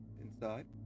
inside